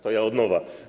To ja od nowa.